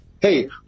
hey